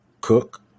cook